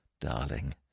Darling